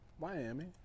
Miami